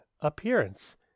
appearance